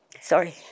Sorry